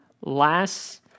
last